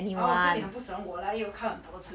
oh so 你很不喜欢我 lah 因为我看很多次了